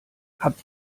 habt